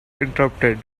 interrupted